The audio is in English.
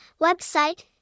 website